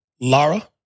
Lara